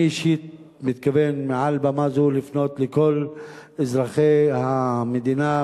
אני אישית מתכוון לפנות מעל במה זאת לכל אזרחי המדינה,